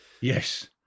Yes